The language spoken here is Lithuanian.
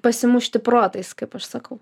pasimušti protais kaip aš sakau